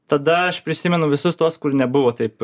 tada aš prisimenu visus tuos kur nebuvo taip